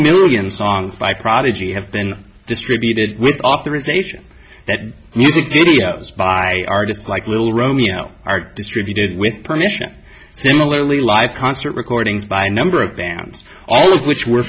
million songs by prodigy have been distributed with authorization that music videos by artists like little romeo are distributed with permission similarly live concert recordings by number of bands all of which were